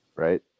Right